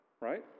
right